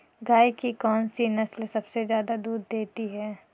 गाय की कौनसी नस्ल सबसे ज्यादा दूध देती है?